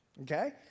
Okay